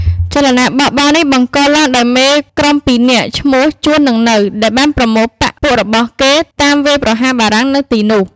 ចលនាបះបោរនេះបង្កឡើងដោយមេក្រុមពីរនាក់ឈ្មោះ ជួន និង នៅ ដែលបានប្រមូលបក្សពួករបស់គេតាមវាយប្រហារបារាំងនៅទីនោះ។